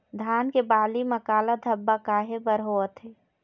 धान के बाली म काला धब्बा काहे बर होवथे?